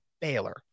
Baylor